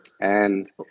And-